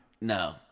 No